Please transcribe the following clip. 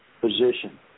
position